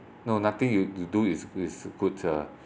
no nothing you you do is is good uh